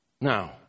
Now